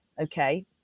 okay